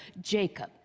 Jacob